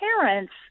parents